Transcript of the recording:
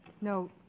No